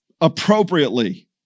appropriately